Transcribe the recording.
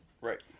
Right